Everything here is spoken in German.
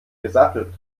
gesattelt